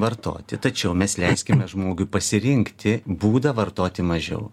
vartoti tačiau mes leiskime žmogui pasirinkti būdą vartoti mažiau